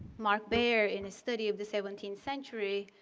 marc baer in his study of the seventeenth century